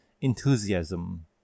enthusiasm